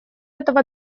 этого